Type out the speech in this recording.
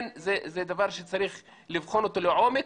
דבר שצריך לבחון אותו לעומק.